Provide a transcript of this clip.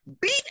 Beat